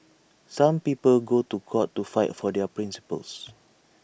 some people go to court to fight for their principles